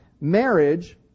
marriage